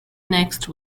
next